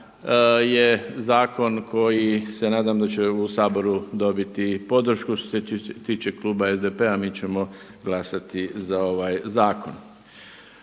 je zakon koji se nadam da će u Saboru dobiti podršku. Što se tiče klub SDP-a mi ćemo glasati za ovaj zakon.